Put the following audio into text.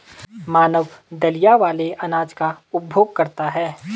मानव दलिया वाले अनाज का उपभोग करता है